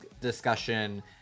discussion